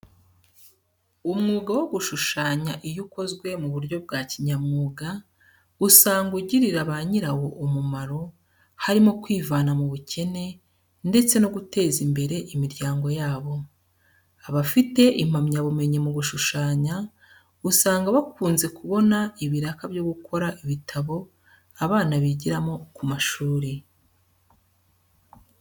Umwuga wo gushushanya iyo ukozwe mu buryo bwa kinyamwuga usanga ugirira ba nyirawo umumaro, harimo kwivana mu bukene ndetse no guteza imbere imiryango yabo. Abafite impamyabumenyi mu gushushanya, usanga bakunze kubona ibiraka byo gukora ibitabo abana bigiramo ku mashuri.